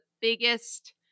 biggest